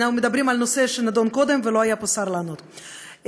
אנחנו מדברים על נושא שנדון קודם ולא היה פה שר לענות עליו.